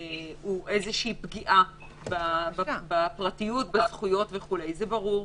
הוא איזושהי פגיעה בזכויות הפרט, זה ברור.